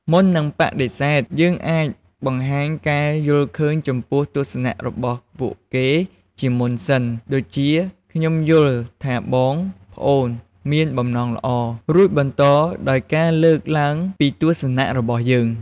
មុននឹងបដិសេធ យើងអាចបង្ហាញការយល់ឃើញចំពោះទស្សនៈរបស់ពួកគេជាមុនសិន ដូចជា "ខ្ញុំយល់ថាបង/ប្អូនមានបំណងល្អ" រួចបន្តដោយការលើកឡើងពីទស្សនៈរបស់យើង។